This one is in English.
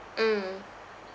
mm